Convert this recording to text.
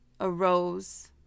arose